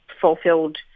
fulfilled